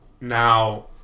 now